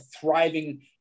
thriving